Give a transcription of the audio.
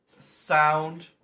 sound